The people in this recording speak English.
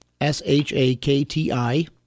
S-H-A-K-T-I